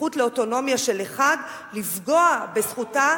הזכות לאוטונומיה של אחד לפגוע בזכותה